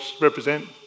represent